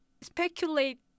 speculate